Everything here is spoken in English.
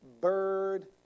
bird